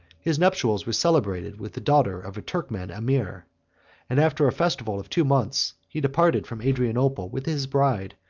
his nuptials were celebrated with the daughter of a turkman emir and, after a festival of two months, he departed from adrianople with his bride,